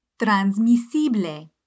transmisible